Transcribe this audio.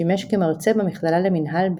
שימש כמרצה במכללה למינהל,